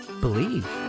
believe